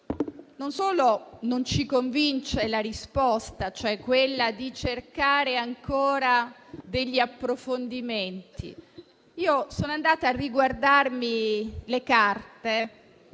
rinvio e non ci convince la risposta data di cercare ancora degli approfondimenti. Io sono andata a riguardarmi le carte.